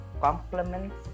compliments